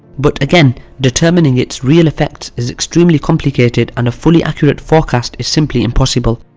but again, determining its real effects is extremely complicated and a fully accurate forecast is simply impossible,